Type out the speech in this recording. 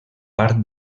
part